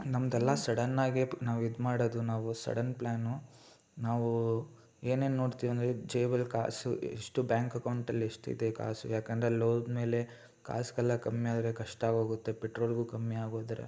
ನಮ್ದೆಲ್ಲ ಸಡನ್ನಾಗೇ ನಾವು ಇದು ಮಾಡೋದು ನಾವು ಸಡನ್ ಪ್ಲ್ಯಾನ್ಸು ನಾವು ಏನೇನು ನೋಡ್ತೀವಿ ಅಂಥೇಳಿ ಜೇಬಲ್ಲಿ ಕಾಸು ಎಷ್ಟು ಬ್ಯಾಂಕ್ ಅಕೌಂಟಲ್ಲಿ ಎಷ್ಟಿದೆ ಕಾಸು ಯಾಕೆಂದ್ರೆ ಅಲ್ಲೋದಮೇಲೆ ಕಾಸಿಗೆಲ್ಲ ಕಮ್ಮಿ ಆದರೆ ಕಷ್ಟ ಆಗೋಗುತ್ತೆ ಪೆಟ್ರೋಲ್ಗೂ ಕಮ್ಮಿ ಆಗೋದರೆ